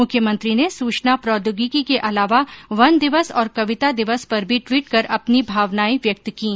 मुख्यमंत्री ने सूचना प्रौद्योगिकी के अलावा वन दिवस और कविता दिवस पर भी ट्वीट कर अपनी भावनायें व्यक्त कीं